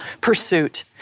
pursuit